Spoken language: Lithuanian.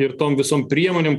ir tom visom priemonėm